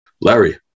Larry